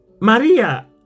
Maria